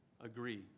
agree